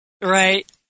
Right